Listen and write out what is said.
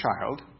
child